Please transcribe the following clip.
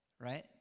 right